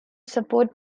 support